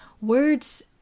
Words